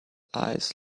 eyes